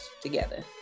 together